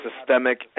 systemic